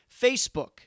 Facebook